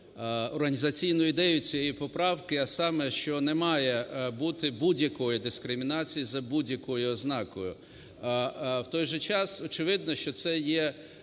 організаційною ідеєю цієї поправки, а саме, що не має бути будь-якої дискримінації, за будь-якою ознакою. В той же час, очевидно, що це є